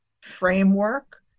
framework